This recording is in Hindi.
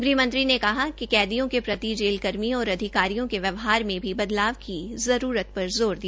गृहमंत्री ने कहा कि कैदियों के प्रति जेल कर्मियों और अधिकारियों के व्यवहार में भी बदलाव की आवश्यक्ता पर जोर दिया